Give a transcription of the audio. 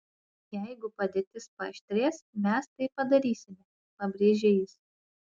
jeigu padėtis paaštrės mes tai padarysime pabrėžė jis